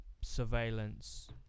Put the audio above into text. surveillance